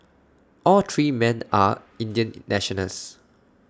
all three men are Indian nationals